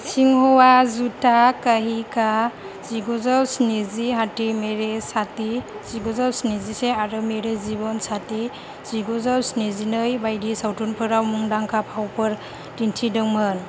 सिंहआ झूठा कहीं का जिगुजौ स्निजि हाथी मेरे साथी जिगुजौ स्निजिसे आरो मेरे जीवन साथी जिगुजौ स्निजिनै बायदि सावथुनफोराव मुंदांखा फावफोर दिन्थिदोंमोन